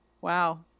Wow